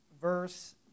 verse